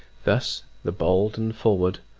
thus the bold and forward,